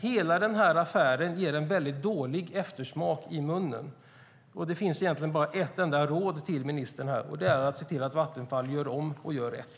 Hela denna affär ger en väldigt dålig eftersmak i munnen. Det finns egentligen bara ett enda råd till ministern, och det är att se till att Vattenfall gör om och gör rätt.